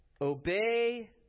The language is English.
obey